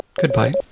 Goodbye